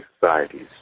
societies